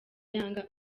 yanga